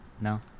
no